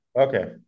Okay